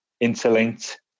interlinked